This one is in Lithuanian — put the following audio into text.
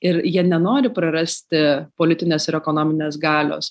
ir jie nenori prarasti politinės ir ekonominės galios